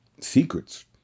secrets